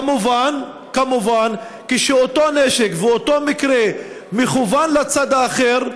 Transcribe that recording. מובן שכשאותו נשק מכוון לצד האחר,